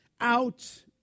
Out